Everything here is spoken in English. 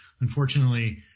unfortunately